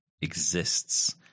exists